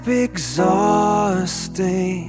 Exhausting